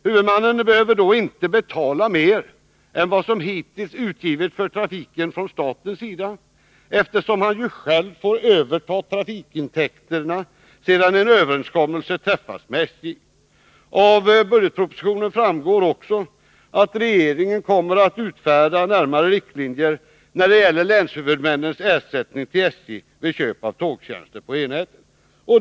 Huvudmannen behöver då inte betala mer än vad som hittills utgivits för trafiken från statens sida, eftersom han ju själv får överta trafikintäkterna, sedan en överenskommelse träffats med SJ. Av budgetpropositionen framgår också att regeringen kommer att utfärda närmare riktlinjer när det gäller länshuvudmännens ersättning till SJ vid köp av tågtjänster på e-nätet.